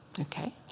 Okay